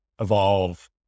evolve